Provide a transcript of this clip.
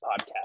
podcast